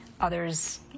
Others